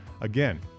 Again